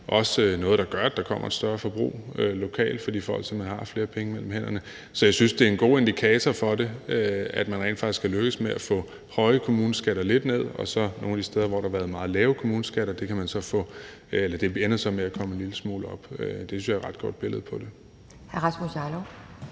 også noget, der gør, at der kommer et større forbrug lokalt, fordi folk simpelt hen har flere penge mellem hænderne. Så jeg synes, det er en god indikator for det, at man rent faktisk kan lykkes med at få høje kommuneskatter lidt ned, og at det, nogle af de steder, hvor der har været meget lave kommuneskatter, så ender med, at de stiger en lille smule. Det synes jeg er et ret godt billede på det.